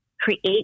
create